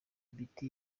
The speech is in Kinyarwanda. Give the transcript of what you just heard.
imiti